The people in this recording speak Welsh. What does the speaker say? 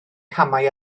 camau